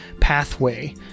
pathway